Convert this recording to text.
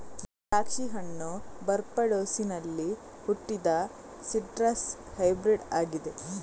ದ್ರಾಕ್ಷಿ ಹಣ್ಣು ಬಾರ್ಬಡೋಸಿನಲ್ಲಿ ಹುಟ್ಟಿದ ಸಿಟ್ರಸ್ ಹೈಬ್ರಿಡ್ ಆಗಿದೆ